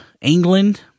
England